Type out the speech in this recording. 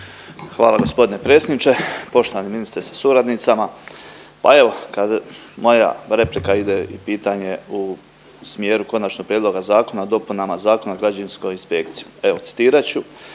Hvala gospodine predsjedniče. Poštovani ministre sa suradnicama pa evo kad moja replika ide i pitanje u smjeru Konačnog prijedloga zakona o dopunama Zakona o građevinskoj inspekciji. Evo, citirat ću